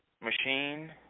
machine